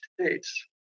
states